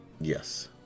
Yes